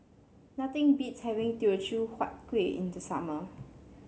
nothing beats having Teochew Huat Kueh in the summer